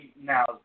Now